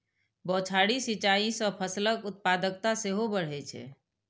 बौछारी सिंचाइ सं फसलक उत्पादकता सेहो बढ़ै छै